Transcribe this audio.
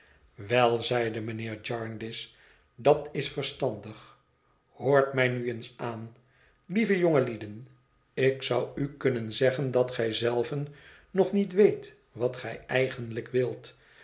wel zeide mijnheer jarndyce dat is verstandig hoort mij nu eens aan lieve jongelieden ik zou u kunnen zeggen dat gij zelven nog niet weet wat gij eigenlijk wilt